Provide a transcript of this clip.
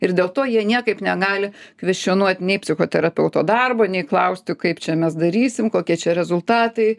ir dėl to jie niekaip negali kvestionuot nei psichoterapeuto darbo nei klausti kaip čia mes darysim kokie čia rezultatai